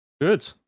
Good